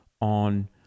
on